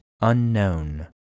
unknown